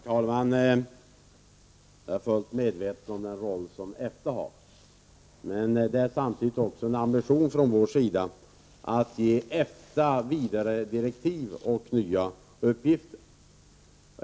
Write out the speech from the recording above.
Herr talman! Jag är fullt medveten om den roll som EFTA har, men samtidigt är det en ambition från vår sida att ge EFTA vidare direktiv och nya uppgifter.